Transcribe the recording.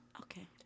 Okay